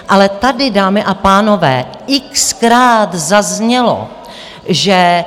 Ale tady, dámy a pánové, xkrát zaznělo, že...